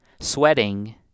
sweating